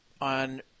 on